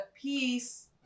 Peace